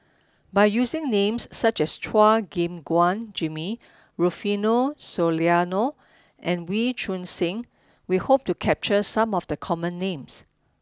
by using names such as Chua Gim Guan Jimmy Rufino Soliano and Wee Choon Seng we hope to capture some of the common names